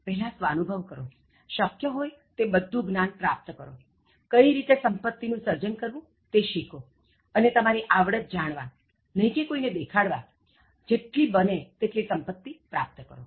પહેલા સ્વાનુભવ કરો શક્ય હોય તે બધું જ્ઞાન પ્રાપ્ત કરો કઈ રીતે સંપત્તિ નું સર્જન કરવું તે શીખો અને તમારી આવડત જાણવા નહી કે કોઇને દેખાડવા જેટલી બને તેટલી સંપત્તિ પ્રાપ્ત કરો